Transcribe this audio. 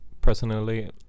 personally